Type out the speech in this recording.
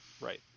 right